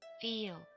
Feel